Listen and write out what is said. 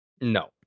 No